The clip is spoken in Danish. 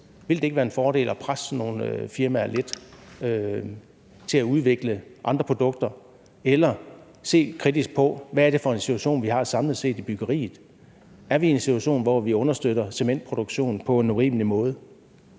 Vil det ikke være en fordel at presse sådan nogle firmaer lidt til at udvikle andre produkter, eller se kritisk på, hvad det er for en situation, vi har samlet set i byggeriet? Er vi i en situation, hvor vi understøtter cementproduktion på en urimelig måde?